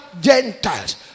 Gentiles